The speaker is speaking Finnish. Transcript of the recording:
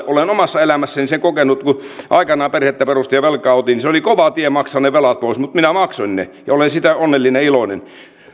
olen omassa elämässäni sen kokenut kun aikanaan perhettä perustin ja velkaa otin se oli kova tie maksaa ne velat pois mutta minä maksoin ne ja olen siitä onnellinen ja iloinen